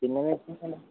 പിന്നെ എക്സ്പീരിയൻസാണല്ലോ